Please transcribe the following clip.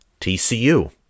TCU